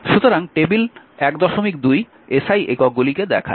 সুতরাং table 12 SI এককগুলি দেখায়